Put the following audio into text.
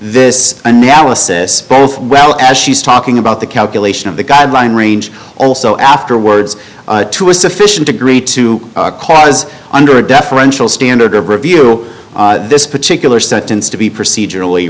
this analysis both well as she's talking about the calculation of the guideline range also afterwards to a sufficient degree to cause under a deferential standard of review this particular sentence to be procedur